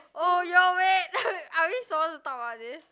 oh yo wait are we supposed to talk about this